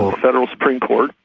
federal supreme court,